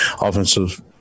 offensive